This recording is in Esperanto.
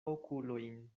okulojn